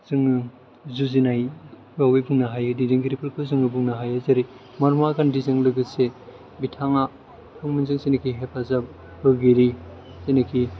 जों जुजिनाय दैदैनगिरिफोरखौ बुंनो होयो जेरै महात्मा गान्धीजों लोगोसे बिथाङा बिथांमोनजों जेनाखि हेफाजाब होगिरि जेनाखि